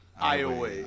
Iowa